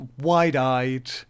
wide-eyed